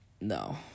no